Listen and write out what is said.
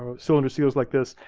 um cylinder seals like this.